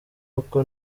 uko